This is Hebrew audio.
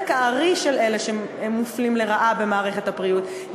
הארי של אלה שמופלים לרעה במערכת הבריאות,